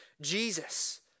Jesus